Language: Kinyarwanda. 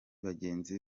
bagenzi